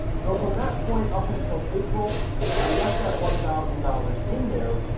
so, from that point up until april i left that one thousand dollars in there,